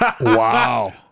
Wow